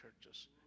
churches